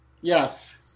Yes